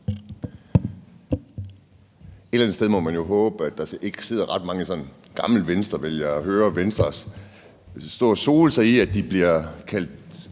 Et eller andet sted må man jo håbe, at der ikke sidder ret mange sådan gamle Venstrevælgere og hører Venstre stå og sole sig i, at de bliver kaldt